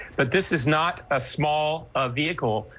but this is not a small a vehicle,